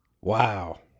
Wow